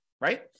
right